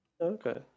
Okay